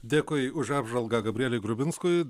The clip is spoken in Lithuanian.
dėkui už apžvalgą gabrieliui grubinskui